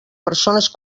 persones